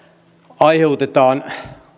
aiheutetaan